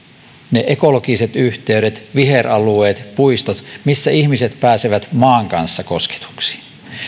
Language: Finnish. ne ekologiset yhteydet viheralueet puistot missä ihmiset pääsevät maan kanssa kosketuksiin